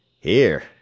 Here